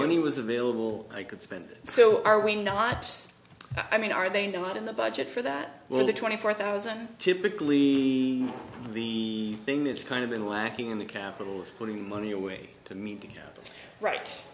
he was available i could spend so are we not i mean are they not in the budget for that or the twenty four thousand typically the thing that's kind of been lacking in the capital is putting money away to meet the right